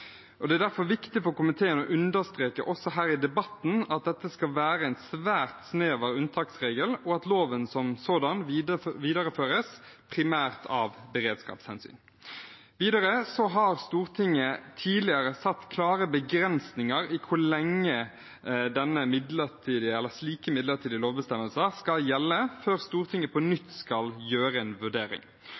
Det er derfor viktig for komiteen å understreke også her i debatten at dette skal være en svært snever unntaksregel, og at loven som sådan videreføres primært av beredskapshensyn. Videre har Stortinget tidligere satt klare begrensninger for hvor lenge slike midlertidige lovbestemmelser skal gjelde før Stortinget på nytt skal gjøre en vurdering.